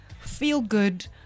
feel-good